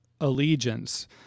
allegiance